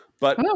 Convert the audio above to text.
But-